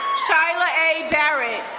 shyla a. barrett,